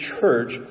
church